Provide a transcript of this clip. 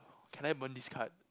can I burn this card